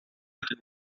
latin